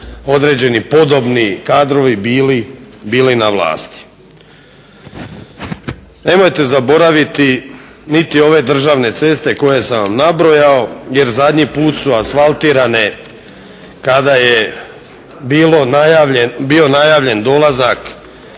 određeni podobni kadrovi bili na vlasti. Nemojte zaboraviti niti ove državne ceste koje sam vam nabrojao jer zadnji put su asfaltirane kada je bio najavljen dolazak